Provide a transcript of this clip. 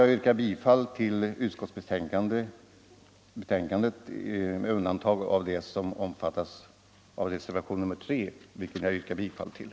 Jag ansluter mig till utskottets förslag med undantag för den del som omfattas av reservationen 3, till vilken jag yrkar bifall.